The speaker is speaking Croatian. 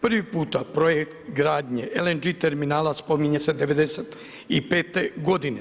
Prvi puta projekt gradnje LNG terminala spominje se '95. godine.